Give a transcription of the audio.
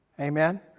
Amen